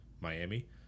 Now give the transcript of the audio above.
Miami